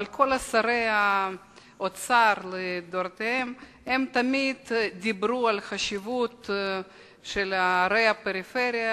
אבל כל שרי האוצר לדורותיהם תמיד דיברו על החשיבות של ערי הפריפריה,